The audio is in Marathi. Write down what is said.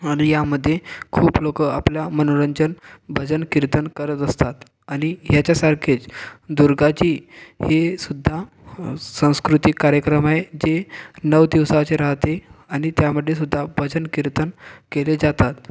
आणि यामध्ये खूप लोकं आपला मनोरंजन भजन कीर्तन करत असतात आणि ह्याच्यासारखेच दुर्गाजी हे सुद्धा सांस्कृतिक कार्यक्रम आहे जे नऊ दिवसाचे राहते आणि त्यामध्ये सुद्धा भजन कीर्तन केले जातात